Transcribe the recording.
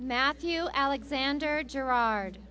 matthew alexander gerard